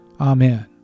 Amen